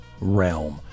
realm